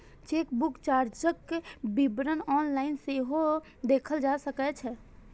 chequebook चार्जक विवरण online सेहो देखल जा सकै छै